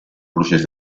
procés